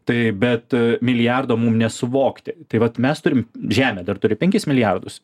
taip bet milijardo mum nesuvokti tai vat mes turim žemė dar turi penkis milijardus